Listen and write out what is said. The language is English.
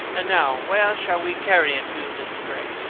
and, now, where shall we carry it to, mr. gray?